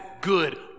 good